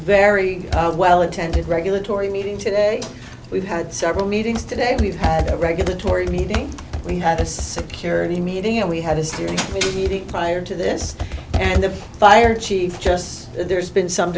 very well attended regulatory meeting today we've had several meetings today we've had a regulatory meeting we had a security meeting and we had history meeting prior to this and the fire chief justice there's been some